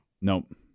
Nope